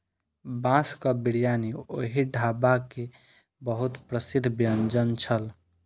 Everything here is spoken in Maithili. बांसक बिरयानी ओहि ढाबा के बहुत प्रसिद्ध व्यंजन छल